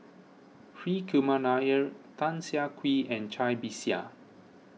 Hri Kumar Nair Tan Siah Kwee and Cai Bixia